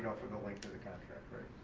for the length of the contract, right?